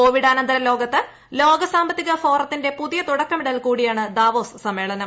കോവിക്ക്നെന്തര ലോകത്ത് ലോകസാമ്പത്തിക ഫോറത്തിന്റെ പുതിയ തുട്ക്കമിടൽ കൂടിയാണ് ദാവോസ് സമ്മേളനം